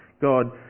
God